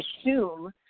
assume